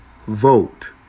Vote